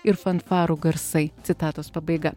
ir fanfarų garsai citatos pabaiga